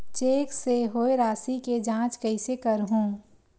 Cheque से होए राशि के जांच कइसे करहु?